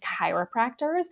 chiropractors